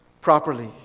properly